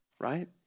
right